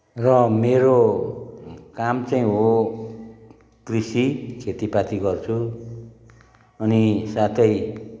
र मेरो काम चाहिँ हो कृषि खेतीपाती गर्छु अनि साथै